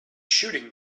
shooting